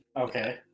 Okay